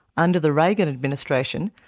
under the reagan administration,